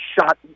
shot